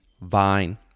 Vine